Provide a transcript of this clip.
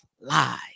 Live